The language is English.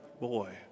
boy